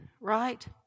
right